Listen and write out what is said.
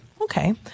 Okay